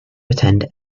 attend